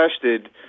tested